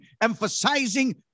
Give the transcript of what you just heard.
emphasizing